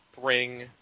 bring